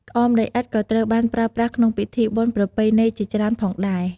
ក្អមដីឥដ្ឋក៏ត្រូវបានប្រើប្រាស់ក្នុងពិធីបុណ្យប្រពៃណីជាច្រើនផងដែរ។